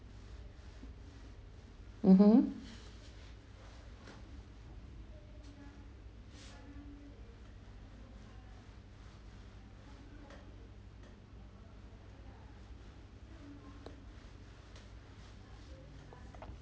mmhmm